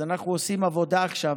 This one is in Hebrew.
אז אנחנו עושים עבודה עכשיו,